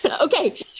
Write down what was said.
Okay